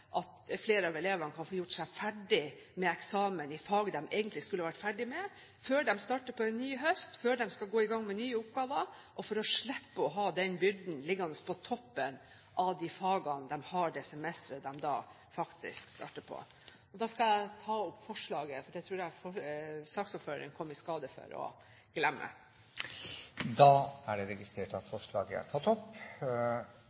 at flere av elevene kan få gjort seg ferdig med eksamen i fag de egentlig skulle vært ferdig med, og før de starter på en ny høst, før de skal gå i gang med nye oppgaver, for å slippe å ha den byrden liggende på toppen av de fagene de har det semesteret de da starter på. Da skal jeg ta opp forslaget i innstillingen, for det tror jeg saksordføreren kom i skade for å glemme. Representanten Elisabeth Aspaker har tatt opp det